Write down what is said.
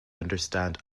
understand